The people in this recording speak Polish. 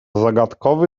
zagadkowy